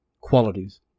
qualities